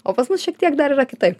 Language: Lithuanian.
o pas mus šiek tiek dar yra kitaip